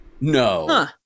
No